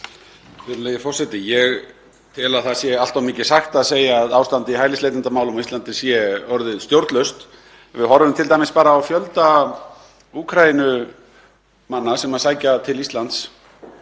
Virðulegi forseti. Ég tel að það sé allt of mikið sagt að segja að ástandið í hælisleitendamálum á Íslandi sé orðið stjórnlaust. Ef við horfum t.d. bara á fjölda Úkraínumanna sem sækja til Íslands